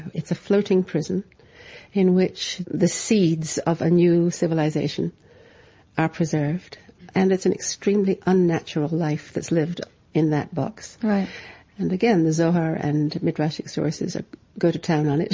it's a floating prison in which the seeds of a new civilization are preserved and it's an extremely unnatural life that's lived in that box right and again, the zohar and midrashic sources ah go to town on it.